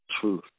truth